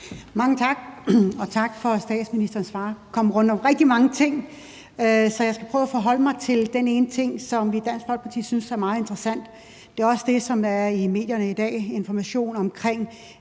Mange tak, og tak for statsministerens besvarelse. Den kom rundt om rigtig mange ting, så jeg skal prøve at forholde mig til den ene ting, som vi i Dansk Folkeparti synes er meget interessant. Det er også det, der er i medierne i dag, hvor der